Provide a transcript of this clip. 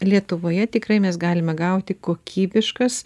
lietuvoje tikrai mes galime gauti kokybiškas